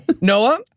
noah